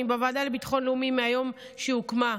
אני בוועדה לביטחון לאומי מהיום שהוקמה.